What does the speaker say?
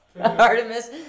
Artemis